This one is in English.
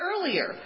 earlier